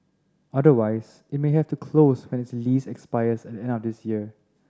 otherwise it may have to close when its lease expires at the end of this year